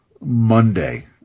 Monday